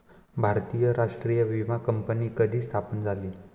भारतात राष्ट्रीय विमा कंपनी कधी स्थापन झाली?